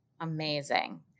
Amazing